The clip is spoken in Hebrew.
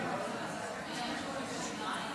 נכבדה,